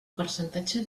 percentatge